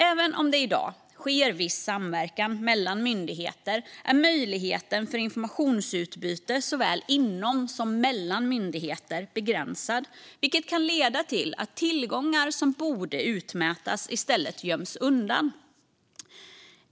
Även om det i dag sker viss samverkan mellan myndigheter är möjligheten för informationsutbyte såväl inom som mellan myndigheter begränsad, vilket kan leda till att tillgångar som borde utmätas i stället göms undan.